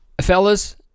Fellas